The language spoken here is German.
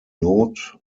not